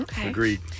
Agreed